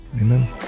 Amen